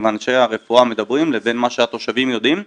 ואנשי הרפואה מדברים לבין מה שהתושבים יודעים,